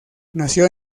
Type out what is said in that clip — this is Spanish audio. nació